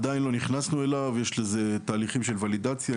עדיין לא נכנסנו אליו, יש לזה תהליכים של ולידציה.